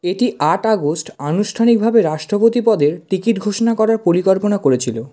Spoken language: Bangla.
এটি আট আগস্ট আনুষ্ঠানিকভাবে রাষ্ট্রপতি পদের টিকিট ঘোষণা করার পরিকল্পনা করেছিলো